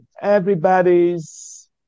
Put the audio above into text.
everybody's